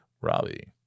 Robbie